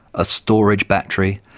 a storage battery,